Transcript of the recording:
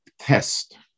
test